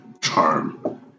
charm